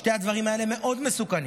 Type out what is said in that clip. שני הדברים האלה מאוד מסוכנים.